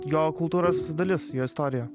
jo kultūros dalis jo istorija